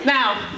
Now